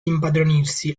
impadronirsi